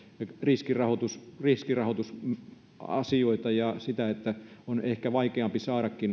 riskirahoitusasioita riskirahoitusasioita ja sitä että on ehkä vaikeampaa saada